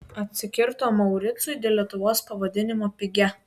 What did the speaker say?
atsikirto mauricui dėl lietuvos pavadinimo pigia